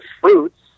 fruits